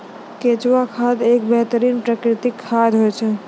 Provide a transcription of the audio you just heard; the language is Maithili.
केंचुआ खाद एक बेहतरीन प्राकृतिक खाद होय छै